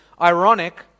ironic